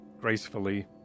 gracefully